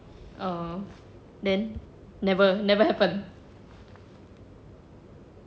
oh then never never happen